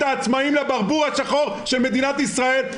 העצמאים לברבור השחור של מדינת ישראל,